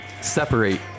separate